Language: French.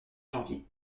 janvier